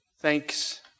thanks